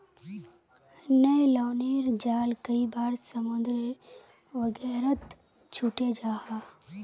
न्य्लोनेर जाल कई बार समुद्र वगैरहत छूटे जाह